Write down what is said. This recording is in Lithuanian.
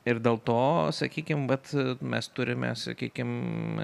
ir dėl to sakykim vat mes turime sakykim